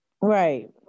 Right